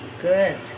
Good